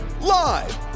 live